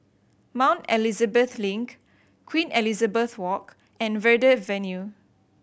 Mount Elizabeth Link Queen Elizabeth Walk and Verde Avenue